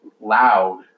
loud